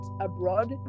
abroad